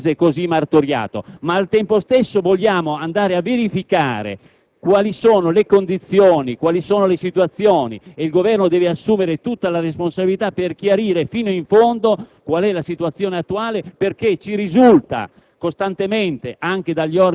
ai nostri militari che sono in quel Paese così martoriato; ma, al tempo stesso, vogliamo andare a verificare quali sono le condizioni e le situazioni. Il Governo deve assumersi tutta la responsabilità di chiarire fino in fondo